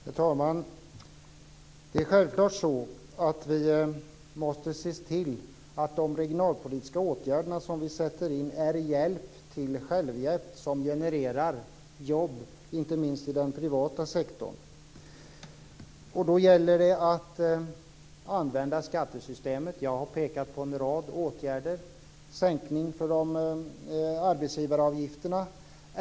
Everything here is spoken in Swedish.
Herr talman! Det är självklart så, att vi måste se till att de regionalpolitiska åtgärder som vi sätter in är hjälp till självhjälp som genererar jobb inte minst i den privata sektorn. Då gäller det att använda skattesystemet. Jag har pekat på en rad åtgärder, t.ex. sänkning av arbetsgivaravgifterna.